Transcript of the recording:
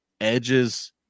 Edge's